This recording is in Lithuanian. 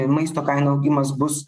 maisto kainų augimas bus